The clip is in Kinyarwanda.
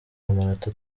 amanota